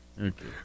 Okay